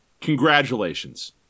congratulations